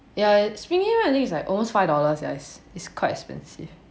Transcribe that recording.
ya ya filling one it's like almost five dollars it is quite expensive